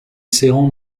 serrant